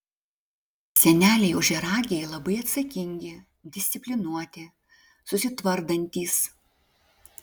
seneliai ožiaragiai labai atsakingi disciplinuoti susitvardantys